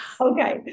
Okay